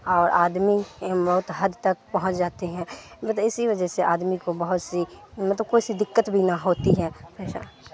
اور آدمی بہت حد تک پہنچ جاتے ہیں مطلب اسی وجہ سے آدمی کو بہت سی مطلب کوئی سی دقت بھی نہ ہوتی ہے پیشک